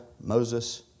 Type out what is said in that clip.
Moses